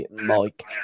Mike